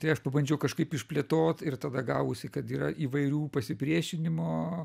tai aš pabandžiau kažkaip išplėtot ir tada gavosi kad yra įvairių pasipriešinimo